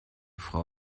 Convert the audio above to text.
frau